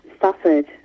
suffered